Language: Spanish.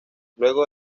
luego